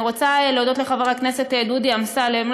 אני רוצה להודות לחבר הכנסת דודו אמסלם,